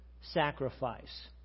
sacrifice